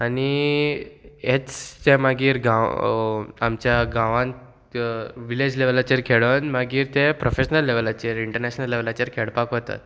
आनी हेच ते मागीर गांव आमच्या गांवांत विलेज लेवलाचेर खेळोन मागीर ते प्रोफेशनल लेवलाचेर इंटरनॅशनल लेवलाचेर खेळपाक वतात